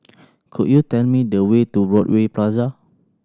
could you tell me the way to Broadway Plaza